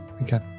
Okay